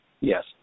Yes